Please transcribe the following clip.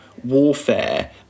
warfare